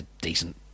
decent